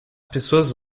pessoas